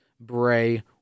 bray